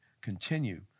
continue